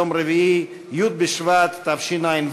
יום רביעי,